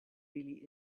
really